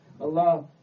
Allah